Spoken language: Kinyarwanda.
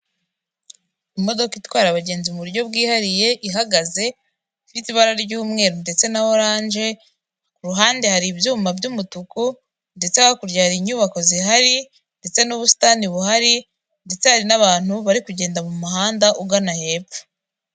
Imodoka itwara abagenzi mu buryo bwihariye ihagaze, ifite ibara ry'umweru ndetse na oranje ku ruhande hari ibyuma by'umutuku ndetse hakurya hari inyubako zihari ndetse n'ubusitani buhari ndetse hari n'abantu bari kugenda mu muhanda ugana hepfo.